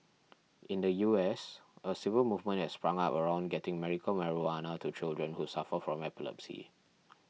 in the U S a civil movement has sprung up around getting medical marijuana to children who suffer from epilepsy